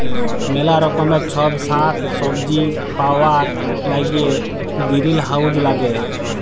ম্যালা রকমের ছব সাগ্ সবজি পাউয়ার ল্যাইগে গিরিলহাউজ ল্যাগে